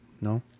No